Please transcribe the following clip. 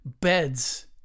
beds